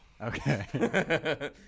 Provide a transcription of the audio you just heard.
Okay